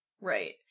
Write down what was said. Right